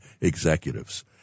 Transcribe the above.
executives